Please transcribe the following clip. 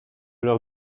leur